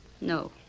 No